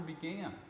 began